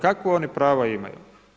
Kakva oni prava imaju?